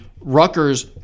Rutgers